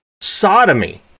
sodomy